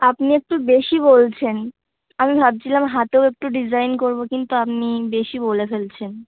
আপনি একটু বেশি বলছেন আমি ভাবছিলাম হাতেও একটু ডিজাইন করবো কিন্তু আপনি বেশি বলে ফেলছেন